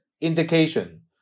indication